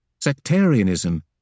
sectarianism